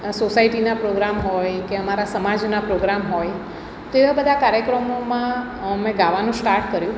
સોસાયટીના પ્રોગ્રામ હોય કે અમારા સમાજના પ્રોગ્રામ હોય તેઓ બધા કાર્યક્રમોમાં મેં ગાવાનું સ્ટાર્ટ કર્યું